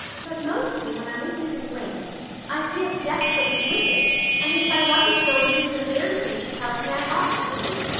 but mostly when i'm with mrs. lynde i feel desperately wicked and as if i wanted to go and do the very thing she tells me i oughtn't to do.